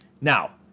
Now